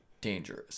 dangerous